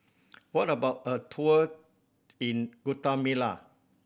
how about a tour in Guatemala